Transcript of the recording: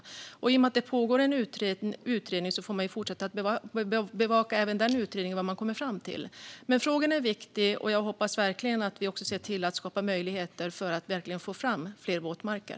I och med att det pågår en utredning får man fortsätta att bevaka även vad den utredningen kommer fram till. Men frågan är viktig. Jag hoppas att vi verkligen ser till att skapa möjligheter att få fram fler våtmarker.